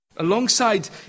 Alongside